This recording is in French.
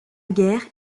guerre